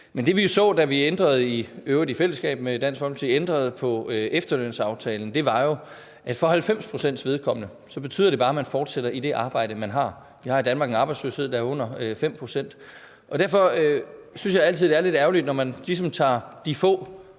Men det, vi så, da vi, i øvrigt i fællesskab med Dansk Folkeparti, ændrede på efterlønsaftalen, var jo, at for 90 procents vedkommende betyder det bare, at man fortsætter i det arbejde, man har. Vi har i Danmark en arbejdsløshed, der er under 5 pct. Derfor synes jeg altid, det er lidt ærgerligt, når man ligesom tager de få